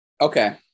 Okay